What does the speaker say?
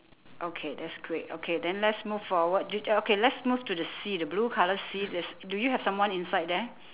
okay that's great okay then let's move forward okay let's move to the sea the blue colour sea there's do you have someone inside there